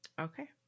Okay